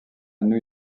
new